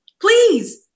Please